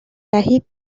دهید